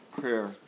prayer